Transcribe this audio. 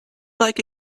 like